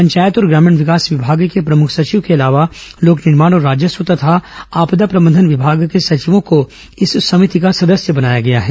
पंचायत और ग्रामीण विकास विभाग के प्रमुख सचिव के अलावा लोक निर्माण और राजस्व तथा आपदा प्रबंधन विभाग के सचिवों को इस समिति का सदस्य बनाया गया है